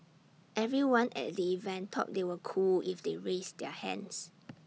everyone at the event thought they were cool if they raised their hands